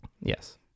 Yes